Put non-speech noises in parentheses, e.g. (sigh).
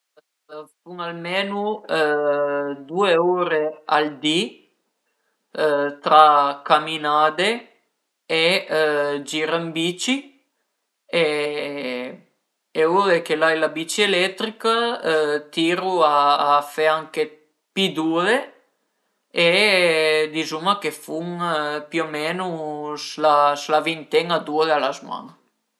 (hesitation) Fun almenu due ure al di tra caminade e gir ën bici e ure che l'ai la bici eletrica tiru anche a fe pi d'ure e dizuma che fun più o menu s'la vinten-a d'ure a la zman-a